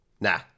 Nah